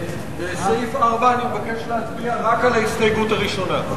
בסעיף 4 אני מבקש להצביע רק על ההסתייגות הראשונה.